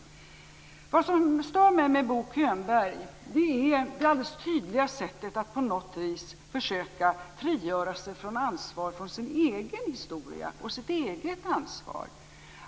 Vad som stör mig med Bo Könberg är det alldeles tydliga sättet att på något vis försöka frigöra sig från ansvar från sin egen historia och sitt eget ansvar.